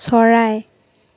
চৰাই